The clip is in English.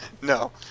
No